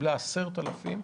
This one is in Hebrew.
שקיבלה 10,000,